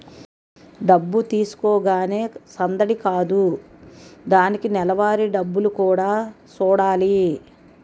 డబ్బు తీసుకోగానే సందడి కాదు దానికి నెలవారీ డబ్బులు కూడా సూడాలి